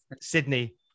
Sydney